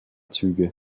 züge